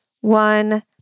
One